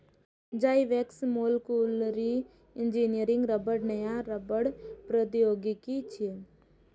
Zyvex molecularly engineered रबड़ नया रबड़ प्रौद्योगिकी छियै